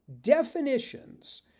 definitions